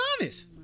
honest